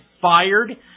fired